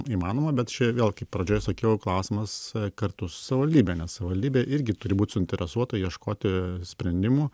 įmanoma bet čia vėl kaip pradžioj sakiau klausimas kartu su savivaldybe nes savivaldybė irgi turi būt suinteresuota ieškoti sprendimų